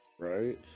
right